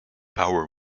power